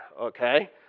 okay